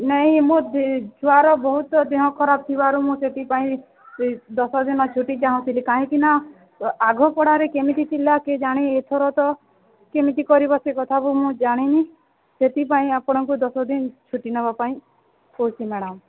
ନାଇ ମୋର ଛୁଆର ବହୁତ ଦେହ ଖରାପ ଥିବାରୁ ମୁଁ ସେଥିପାଇଁ ଦଶ ଦିନ ଛୁଟି ଚାହୁଁଥିଲି କାହିଁକିନା ଆଗ ପଢ଼ାରେ କେମିତି ଥିଲା କେ ଜାଣି ଏଥର ତ କେମିତି କରିବ ସେ କଥାକୁ ମୁଁ ଜାଣିନି ସେଥିପାଇଁ ଆପଣଙ୍କୁ ଦଶ ଦିନ ଛୁଟି ନେବାପାଇଁ କହୁଛି ମ୍ୟାଡ଼ାମ୍